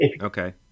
Okay